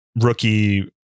rookie